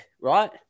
right